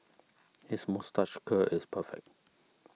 his moustache curl is perfect